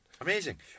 Amazing